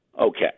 Okay